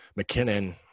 McKinnon